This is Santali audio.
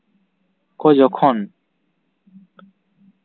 ᱠᱚ ᱡᱚᱠᱷᱚᱱ